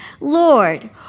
Lord